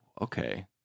okay